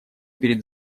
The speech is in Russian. перед